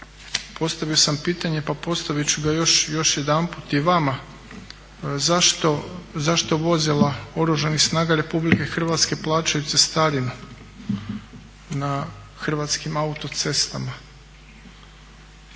postavio sam pitanje pa postavit ću ga još jedanput i vama, zašto vozila Oružanih snaga Republike Hrvatske plaćaju cestarinu na Hrvatskim autocestama.